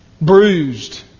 bruised